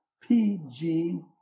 PG